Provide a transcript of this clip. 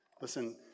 Listen